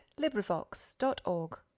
LibriVox.org